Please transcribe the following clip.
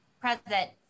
President